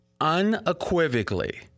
Unequivocally